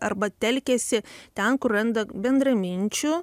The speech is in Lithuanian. arba telkiasi ten kur randa bendraminčių